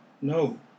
No